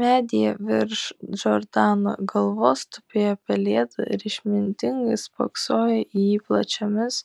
medyje virš džordano galvos tupėjo pelėda ir išmintingai spoksojo į jį plačiomis